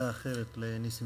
עמדה אחרת, לנסים